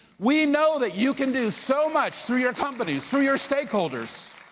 we know that you can do so much through your companies, through your stakeholders,